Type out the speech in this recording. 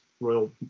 Royal